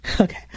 Okay